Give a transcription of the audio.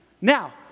Now